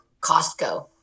Costco